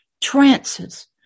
trances